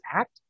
act